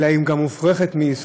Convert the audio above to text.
אלא היא גם מופרכת מיסודה.